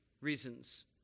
reasons